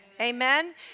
Amen